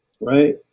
right